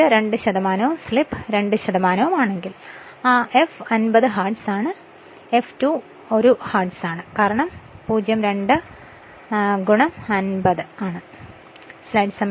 ഇത് 2 ഉം സ്ലിപ്പ് 2 ഉം ആണെങ്കിൽ ആ f 50 ഹെർട്സ് ആണ് അത് ആയിരിക്കും F2 1 ഹെർട്സ് ആണ് കാരണം 02 50 ആണ്